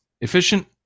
Efficient